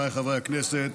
ועדת הכנסת.